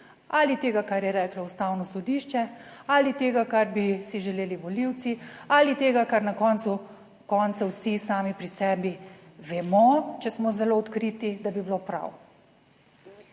ali tega, kar je reklo Ustavno sodišče ali tega, kar bi si želeli volivci ali tega, kar na koncu koncev vsi sami pri sebi vemo, če smo zelo odkriti, da bi bilo prav.